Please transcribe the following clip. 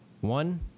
one